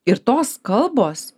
ir tos kalbos